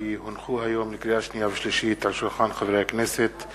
כי הונחו היום על שולחן הכנסת,